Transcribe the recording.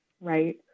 right